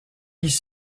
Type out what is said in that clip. dix